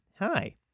Hi